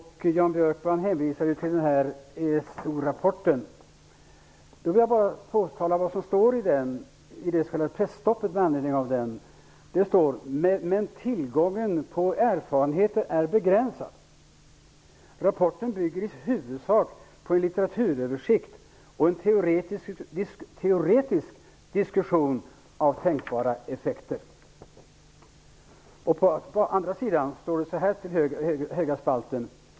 Jan Björkman hänvisade till ESO-rapporten. Jag vill bara peka på vad som står i pressmeddelandet med anledning av denna rapport: Men tillgången på erfarenheter är begränsad. Rapporten bygger i huvudsak på en littaturöversikt och en teoretisk diskussion av tänkbara effekter.